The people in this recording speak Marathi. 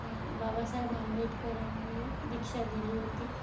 बाबासाहेब आंबेडकरांनी दीक्षा दिली होती